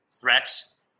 threats